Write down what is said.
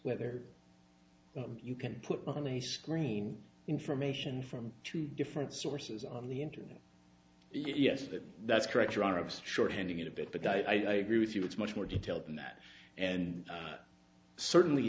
whether you can put on a screen information from two different sources on the internet yes that's correct your honor of short handing it a bit but i agree with you it's much more detailed than that and certainly